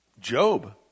Job